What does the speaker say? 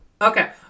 Okay